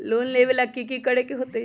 Loan लेबे ला की कि करे के होतई?